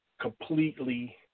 completely